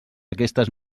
aquestes